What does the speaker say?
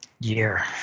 year